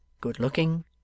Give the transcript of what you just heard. Good-looking